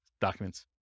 documents